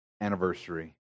anniversary